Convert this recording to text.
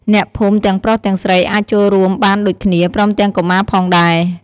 អ្នកភូមិទាំងប្រុសទាំងស្រីអាចចូលរួមបានដូចគ្នា ព្រមទាំងកុមារផងដែរ។